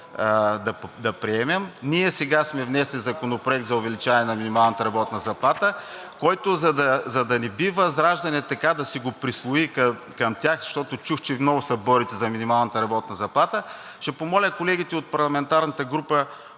да приемем; ние сега сме внесли Законопроект за увеличаване на минималната работна заплата, който, за да не си го присвои ВЪЗРАЖДАНЕ към тях, защото чух, че много се борят за минималната работна заплата, ще помоля колегите от парламентарната група